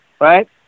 right